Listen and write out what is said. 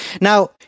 Now